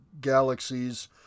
galaxies